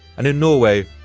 and in norway,